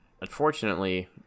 unfortunately